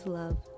love